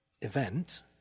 event